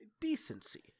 Decency